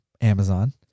Amazon